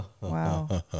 wow